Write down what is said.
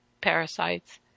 Parasites